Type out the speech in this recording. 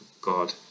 God